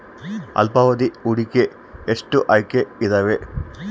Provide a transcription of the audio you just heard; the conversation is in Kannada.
ಅಲ್ಪಾವಧಿ ಹೂಡಿಕೆಗೆ ಎಷ್ಟು ಆಯ್ಕೆ ಇದಾವೇ?